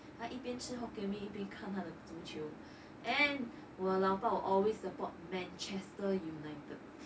他一边吃 hokkien mee 一边看他的足球 and !wah! lao bao always support manchester united